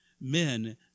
men